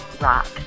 rock